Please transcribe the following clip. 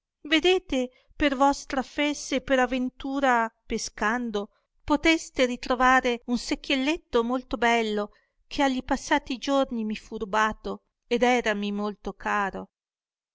vedete per vostra fé se per aventura pescando poteste ritrovare un secchielletto molto bello che alli passati giorni mi fu rubato ed erami molto caro